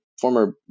former